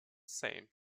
same